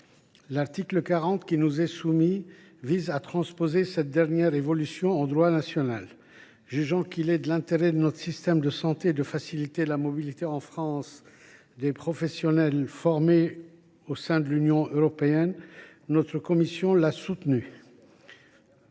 L’article 40 vise à transposer cette dernière évolution en droit national. Jugeant qu’il est de l’intérêt de notre système de santé de faciliter la mobilité en France des professionnels formés au sein de l’Union, notre commission est